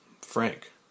Frank